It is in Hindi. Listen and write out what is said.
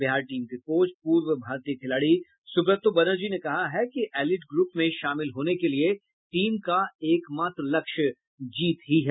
बिहार टीम के कोच पूर्व भारतीय खिलाड़ी सुब्रतो बनर्जी ने कहा है कि एलीट ग्रुप में शामिल होने के लिये टीम का एक मात्र लक्ष्य जीत ही है